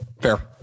Fair